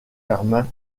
germain